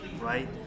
Right